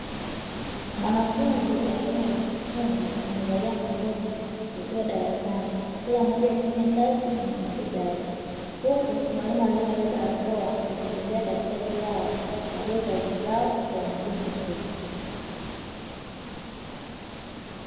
Wanafunzi wa elimu ya ufundi wamevalia makoti wakiwa darasani kila mmoja akifanya kazi kwenye kompyuta yake, huku mwalimu aliyevalia barakoa akitembea katikati yao akikagua kazi zao kwa umakini mkubwa.